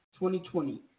2020